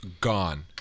gone